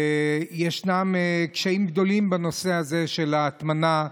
ישנם קשיים גדולים בנושא הזה של ההטמנה.